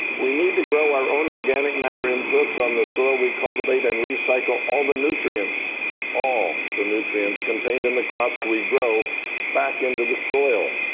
we need to grow our own organic matter inputs on the soil we cultivate and recycle all the nutrients all the nutrients contained in the crops we grow back into the soil.